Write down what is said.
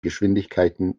geschwindigkeiten